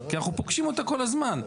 כי אנחנו פוגשים אותה כל הזמן.